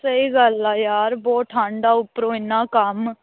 ਸਹੀ ਗੱਲ ਆ ਯਾਰ ਬਹੁਤ ਠੰਡ ਆ ਉੱਪਰੋਂ ਇੰਨਾ ਕੰਮ